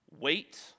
wait